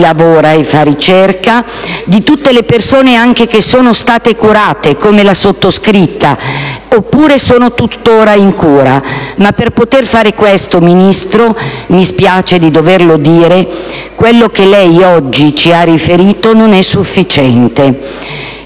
lavora e fa ricerca, di tutte le persone che sono state curate - come la sottoscritta - o che sono tuttora in cura. Ma per poter fare questo - mi spiace, signor Ministro - quello che lei oggi ci ha riferito non è sufficiente,